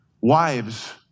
wives